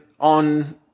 on